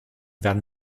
werden